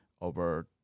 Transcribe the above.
over